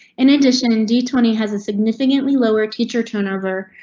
in addition, indie tony has a significantly lower teacher turnover.